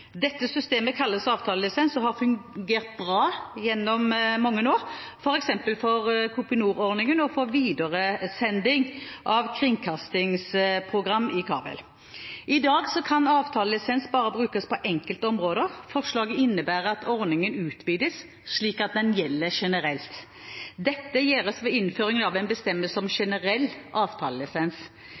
Dette systemet kalles avtalelisens og har fungert bra gjennom mange år, f.eks. for Kopinor-ordningen og for videresending av kringkastingsprogram i kabel. I dag kan avtalelisens bare brukes på enkelte områder. Forslaget innebærer at ordningen utvides, slik at den gjelder generelt. Dette gjøres ved innføringen av en bestemmelse om generell avtalelisens.